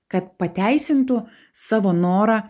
kad pateisintų savo norą